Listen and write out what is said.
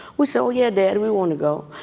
we said oh, yeah, dad, we want to go.